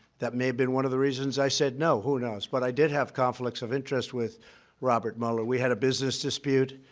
that may have been one of the reasons i said no. who knows? but i did have conflicts of interest with robert mueller. we had a business dispute.